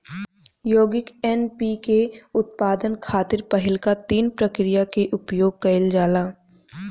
यौगिक एन.पी.के के उत्पादन खातिर पहिलका तीन प्रक्रिया के उपयोग कईल जाला